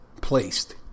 placed